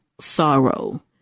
sorrow